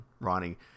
ronnie